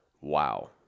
wow